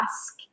ask